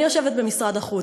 אני יושבת במשרד החוץ.